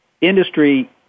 industry